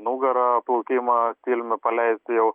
nugara plaukimą stiliumi paleisti jau